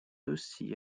aussi